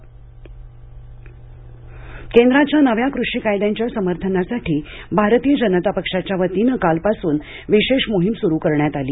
भाजपा कृषी कायदा केंद्राच्या नव्या कृषी कायद्यांच्या समर्थनासाठी भारतीय जनता पक्षाच्या वतीनं कालपासून विशेष मोहीम सुरू करण्यात आली